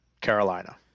Carolina